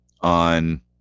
on